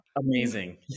Amazing